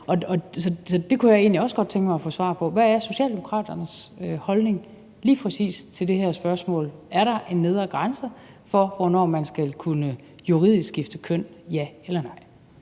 jeg egentlig også godt tænke mig at få svar på. Hvad er Socialdemokratiets holdning til lige præcis det her spørgsmål? Er der en nedre grænse for, hvornår man juridisk skal kunne skifte køn – ja eller nej?